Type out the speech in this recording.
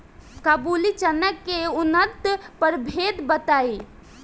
काबुली चना के उन्नत प्रभेद बताई?